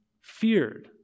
feared